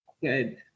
Good